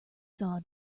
saw